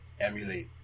emulate